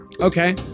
Okay